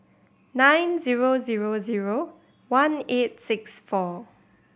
nine zero zero zero one eight six four